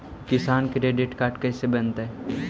किसान credit card कैसे बनतै?